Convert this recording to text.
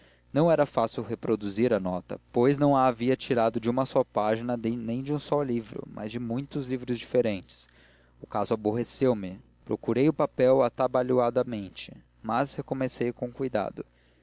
não era fácil reproduzir a nota pois não a havia tirado de uma só página nem de um só livro mas de muitos livros diferentes o caso aborreceu me procurei o papel atabalhoadamente depois recomecei com cuidado